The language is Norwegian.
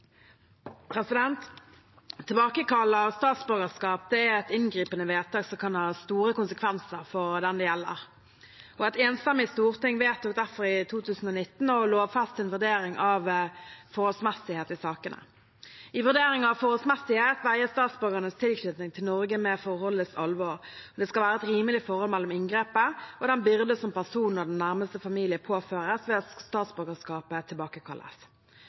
gjelder. Et enstemmig storting vedtok derfor i 2019 å lovfeste en vurdering av forholdsmessighet i sakene. I vurdering av forholdsmessighet veies statsborgerens tilknytning til Norge mot forholdets alvor. Det skal være et rimelig forhold mellom inngrepet og den byrde som personen og den nærmeste familie påføres ved at statsborgerskapet tilbakekalles.